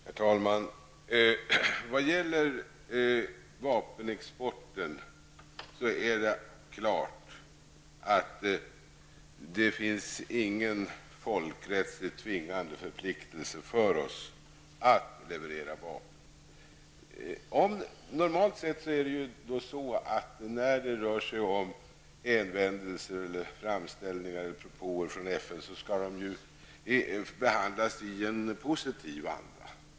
Herr talman! När det gäller vapenexporten är det klart att det finns inga folkrättsligt tvingande förpliktelser för oss att leverera vapen. Normalt sett gäller att när det kommer framställningar eller propåer från FN skall de behandlas i positiv anda.